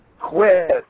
quit